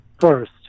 first